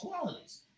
qualities